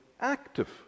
active